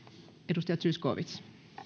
edustaja zyskowicz